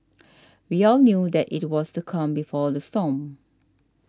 we all knew that it was the calm before the storm